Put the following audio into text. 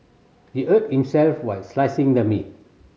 he hurt himself while slicing the meat